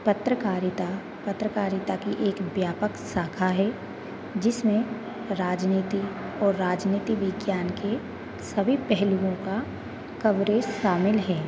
पत्रकारिता पत्रकारिता की एक व्यापक साखा है जिसमें राजनीति और राजनीति विज्ञान के सभी पहलुओं का शामिल है